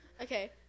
Okay